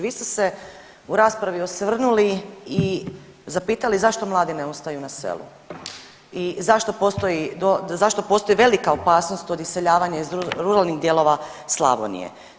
Vi ste se u raspravi osvrnuli i zapitali zašto mladi ne ostaju na selu i zašto postoji velika opasnost od iseljavanja iz ruralnih dijelova Slavonije.